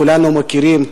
כולנו מוקירים,